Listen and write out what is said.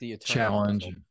challenge